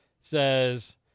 says